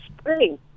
spring